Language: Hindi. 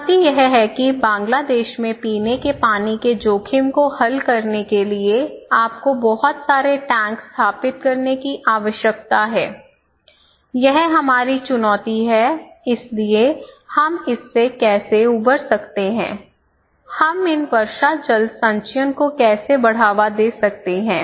चुनौती यह है कि बांग्लादेश में पीने के पानी के जोखिम को हल करने के लिए आपको बहुत सारे टैंक स्थापित करने की आवश्यकता है यह हमारी चुनौती है इसलिए हम इससे कैसे उबर सकते हैं हम इन वर्षा जल संचयन को कैसे बढ़ावा दे सकते हैं